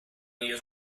ellos